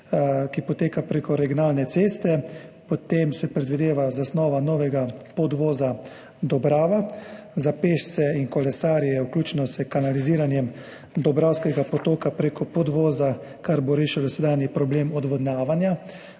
ki poteka preko originalne ceste, potem se predvideva zasnova novega podvoza Dobrava za pešce in kolesarje, vključno s kanaliziranjem Dobravskega potoka preko podvoza, kar bo rešilo dosedanji problem odvodnjavanja.